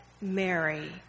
Mary